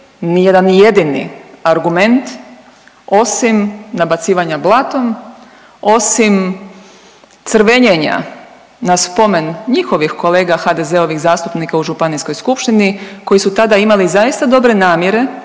nijedan jedini argument osim nabacivanja blatom, osim crvenjenja na spomen njihovih kolega HDZ-ovih zastupnika u županijskoj skupštini koji su tada imali zaista dobre namjere